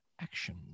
action